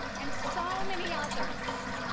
and so many others.